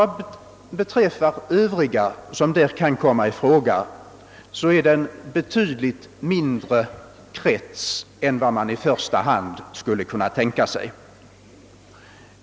De övriga som kan komma i fråga utgör en betydligt mindre krets än vad man i första hand skulle kunna tänka sig.